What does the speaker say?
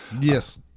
yes